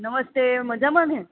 નમસ્તે મજામાંને